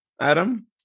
Adam